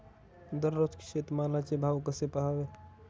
दररोज शेतमालाचे भाव कसे पहावे?